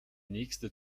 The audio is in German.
nächste